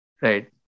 Right